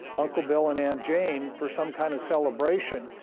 uncle bill and aunt jane for some kind of celebration,